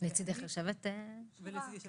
לצדי יושבת שירה,